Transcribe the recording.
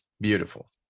beautiful